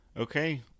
Okay